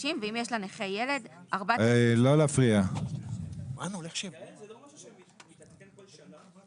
זה לא משהו שמתעדכן כל שנה?